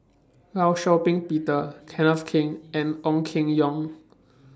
law Shau Ping Peter Kenneth Keng and Ong Keng Yong